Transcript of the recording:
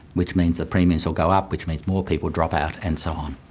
which means the premiums will go up, which means more people drop out, and so on.